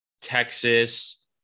Texas